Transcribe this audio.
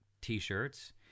T-shirts